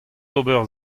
ober